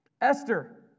Esther